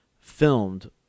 filmed